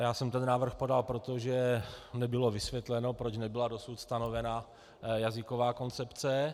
Já jsem ten návrh podal, protože nebylo vysvětleno, proč nebyla dosud stanovena jazyková koncepce.